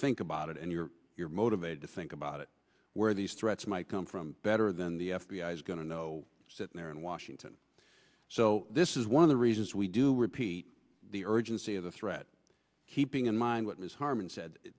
think about it and you're you're motivated to think about it where these threats might come from better than the f b i is going to know sitting there in washington so this is one of the reasons we do repeat the urgency of the threat keeping in mind what is harman said